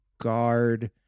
guard